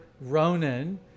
Ronan